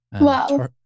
Wow